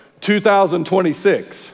2026